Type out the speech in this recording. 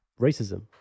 racism